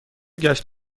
گشت